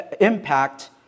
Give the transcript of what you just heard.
impact